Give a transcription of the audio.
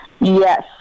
Yes